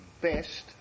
best